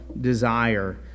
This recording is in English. desire